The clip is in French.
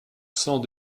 sans